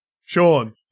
Sean